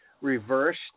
reversed